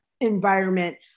environment